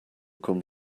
cum